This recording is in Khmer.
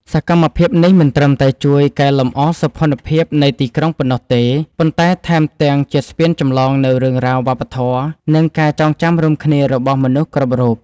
សកម្មភាពនេះមិនត្រឹមតែជួយកែលម្អសោភ័ណភាពនៃទីក្រុងប៉ុណ្ណោះទេ ប៉ុន្តែថែមទាំងជាស្ពានចម្លងនូវរឿងរ៉ាវ វប្បធម៌ និងការចងចាំរួមគ្នារបស់មនុស្សគ្រប់រូប។